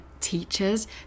teachers